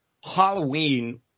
Halloween